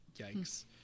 Yikes